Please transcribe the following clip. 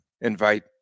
invite